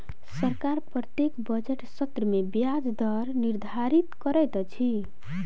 सरकार प्रत्येक बजट सत्र में ब्याज दर निर्धारित करैत अछि